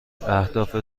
اهداف